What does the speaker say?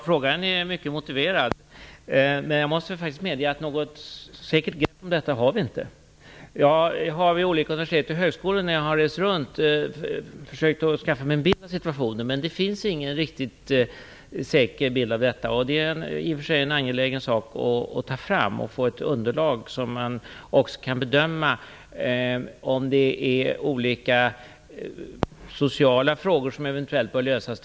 Fru talman! Frågan är mycket motiverad. Men jag måste faktiskt medge att vi inte har något säkert grepp om detta. Jag har vid olika universitet och högskolor när jag har rest runt försökt att skaffa mig en bild av situationen. Men det finns ingen riktigt säker bild av detta. Det är i och för sig en angelägen sak att ta fram och få ett underlag så att man kan bedöma om det finns olika sociala frågor som eventuellt bör lösas.